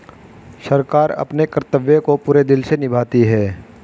सरकार अपने कर्तव्य को पूरे दिल से निभाती है